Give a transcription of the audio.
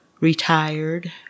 retired